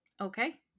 Okay